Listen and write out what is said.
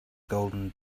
golden